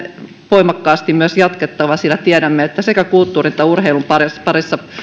voimakkaasti myös jatkettava sillä tiedämme että sekä kulttuurin että urheilun parissa parissa